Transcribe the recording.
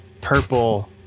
purple